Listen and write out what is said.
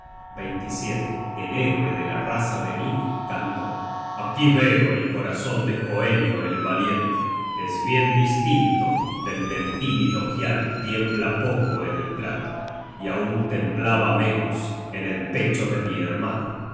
plato el héroe de la raza de nifl cantó aquí veo el corazon de hoenio el valiente es bien distinto del del tímido hiale tiembla poco en el plato y aun temblaba menos en el pecho de mi hermano